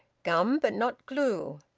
gum but not glue,